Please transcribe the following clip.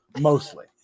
Mostly